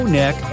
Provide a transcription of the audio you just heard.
neck